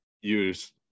use